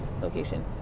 location